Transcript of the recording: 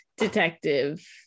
detective